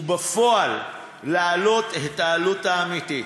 ובפועל להעלות את העלות האמיתית.